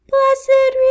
Blessed